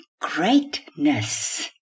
greatness